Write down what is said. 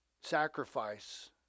sacrifice